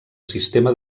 sistema